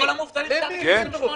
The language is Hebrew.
לכל המובטלים מתחת גיל 28?